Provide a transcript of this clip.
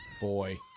Boy